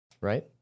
right